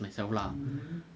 mmhmm